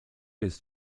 jest